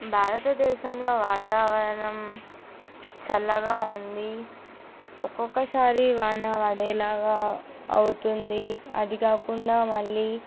భారత దేశంలో వాతావరణం చల్లగా ఉంది ఒక్కొక్కసారి వాన పడేలాగా అవుతుంది అది కాకుండా మళ్ళీ